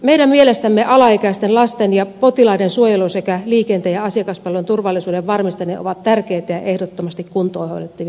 meidän mielestämme alaikäisten lasten ja potilaiden suojelun sekä liikenteen ja asiakaspalvelun turvallisuuden varmistaminen ovat tärkeitä ja ehdottomasti kuntoon hoidettavia asioita